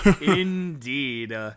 Indeed